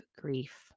Grief